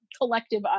collective